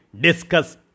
discuss